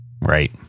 Right